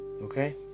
Okay